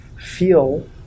feel